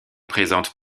présentent